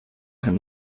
him